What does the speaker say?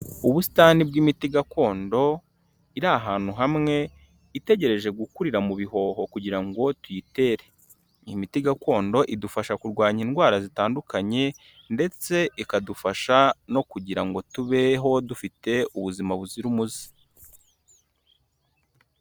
Ubusitani bw'imiti gakondo, iri ahantu hamwe, itegereje gukurira mu bihoho kugira ngo tuyitere, iyi miti gakondo idufasha kurwanya indwara zitandukanye ndetse ikadufasha no kugira ngo tubeho dufite ubuzima buzira umuze.